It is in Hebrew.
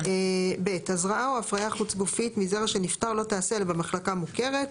(ב) הזרעה או הפריה חוץ גופית מזרע של נפטר לא תיעשה אלא במחלקה מוכרת.